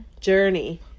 Journey